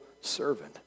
servant